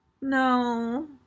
No